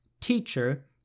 Teacher